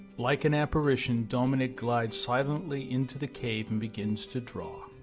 like an apparition, dominique glides silently into the cave and begins to draw.